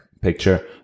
picture